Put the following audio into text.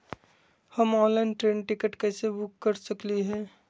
हम online train ticket कैसे book कर सकली हई?